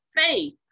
faith